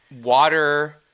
water